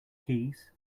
keys